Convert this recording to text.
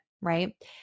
right